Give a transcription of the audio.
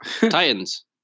Titans